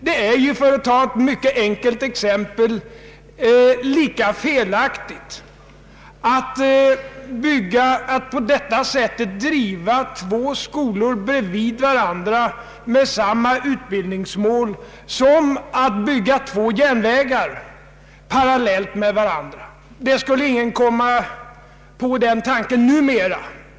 Det är ju — för att ta ett mycket enkelt exempel — lika felaktigt att på detta sätt driva två skolor bredvid varandra med samma utbildningsmål som att bygga två järnvägar parallellt med varandra. Ingen skulle nu för tiden komma på den senare tanken.